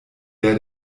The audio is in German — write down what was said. der